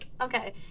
okay